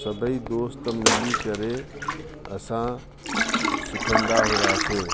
सभेई दोस्त मिली करे असां सिखंदा हुआसीं